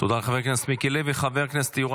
תודה, חבר הכנסת מיקי לוי.